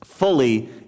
Fully